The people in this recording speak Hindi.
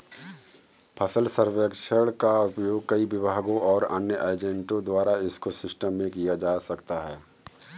फसल सर्वेक्षण का उपयोग कई विभागों और अन्य एजेंटों द्वारा इको सिस्टम में किया जा सकता है